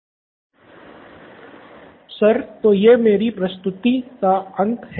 छात्र सर तो यह मेरी प्रस्तुति का अंत है